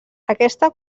aquesta